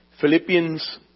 Philippians